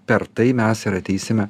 per tai mes ir ateisime